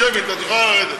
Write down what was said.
שמית, את יכולה לרדת.